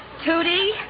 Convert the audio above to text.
Tootie